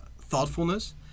thoughtfulness